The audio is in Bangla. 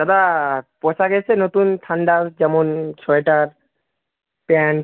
দাদা পোশাক এসছে নতুন ঠান্ডার যেমন সোয়েটার প্যান্ট